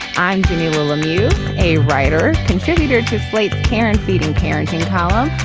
i'm a writer contributor to slate. parents feeding parenting column.